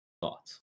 Thoughts